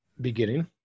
beginning